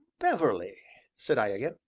beverley, said i again,